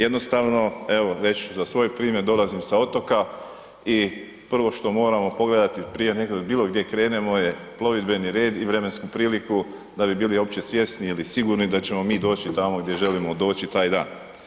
Jednostavno, evo reći ću za svoj primjer, dolazim sa otoka i prvo što moramo pogledati prije nego li bilo gdje krenemo je plovidbeni red i vremensku priliku da bi bili uopće svjesni ili sigurni da ćemo mi doći tamo gdje želimo doći taj dan.